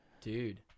Dude